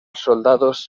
soldados